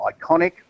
iconic